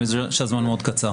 אני מבין שהזמן מאוד קצר.